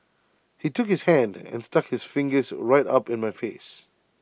he took his hand and stuck his fingers right up in my face